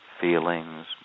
feelings